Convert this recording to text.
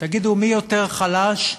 תגידו, מי יותר חלש?